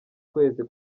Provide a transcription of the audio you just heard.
kwezi